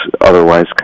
otherwise